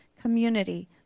community